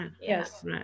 Yes